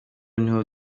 niho